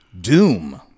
Doom